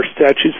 statutes